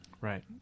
Right